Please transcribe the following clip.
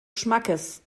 schmackes